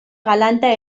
galanta